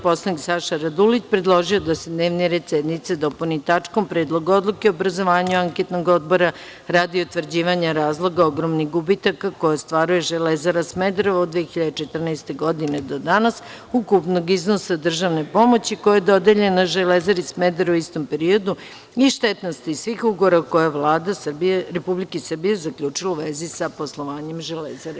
Poslanik Saša Radulović, predložio je da se dnevni red sednice dopuni tačkom – Predlog odluke o obrazovanju anketnog odbora radi utvrđivanja razloga ogromnih gubitaka koje ostvaruje „Železara“ Smederevo od 2014. godine do danas, ukupnog iznosa državne pomoći koja je dodeljena „Železari“ Smederevo u istom periodu i štetnosti svih ugovora koje je Vlada Republike Srbije zaključila u vezi sa poslovanjem „Železare“